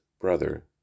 brother